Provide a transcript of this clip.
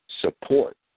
support